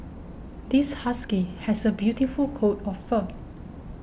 this husky has a beautiful coat of fur